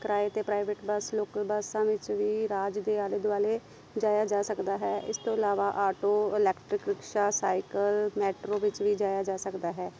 ਕਿਰਾਏ 'ਤੇ private bus local ਬੱਸਾਂ ਵਿੱਚ ਵੀ ਰਾਜ ਦੇ ਆਲੇ ਦੁਆਲੇ ਜਾਇਆ ਜਾ ਸਕਦਾ ਹੈ ਇਸ ਤੋਂ ਇਲਾਵਾ auto electric rickshaw cycle metro ਵਿੱਚ ਵੀ ਜਾਇਆ ਜਾ ਸਕਦਾ ਹੈ